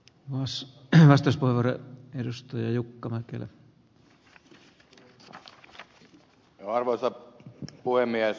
vas hämmästys corey hirsto ja jukka mäkelä ja arvoisa puhemies